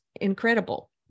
incredible